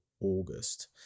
August